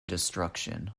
destruction